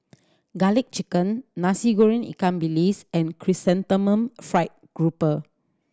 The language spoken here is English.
Garlic Chicken Nasi Goreng ikan bilis and Chrysanthemum Fried Grouper